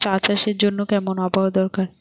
চা চাষের জন্য কেমন আবহাওয়া দরকার?